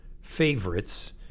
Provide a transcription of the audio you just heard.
favorites